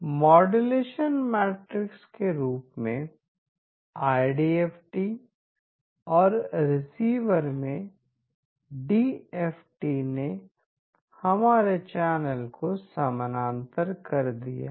modulation matrix के रूप में IDFT और रिसीवर में DFT ने हमारे चैनल को समानांतर कर दिया है